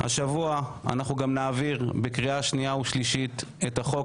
השבוע גם נעביר בקריאה שנייה ושלישית את החוק